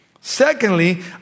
Secondly